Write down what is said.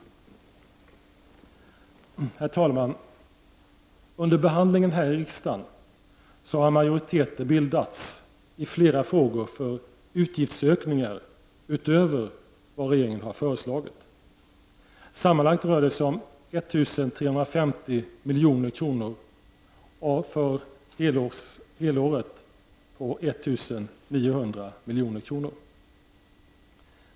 Herr talman! Under behandlingen här i riksdagen har majoriteter bildats i flera frågor för utgiftsökningar utöver vad regeringen har föreslagit. Sammanlagt rör det sig om 1 350 milj.kr. för helåret på 1 900 milj.kr.